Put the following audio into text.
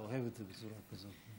אתה אוהב את זה בצורה כזאת.